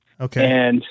Okay